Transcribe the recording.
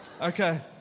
Okay